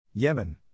Yemen